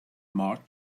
mar